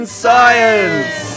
science